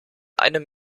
einem